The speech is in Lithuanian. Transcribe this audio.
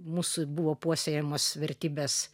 mūsų buvo puoselėjamas vertybes